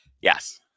Yes